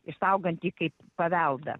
išsaugantį kaip paveldą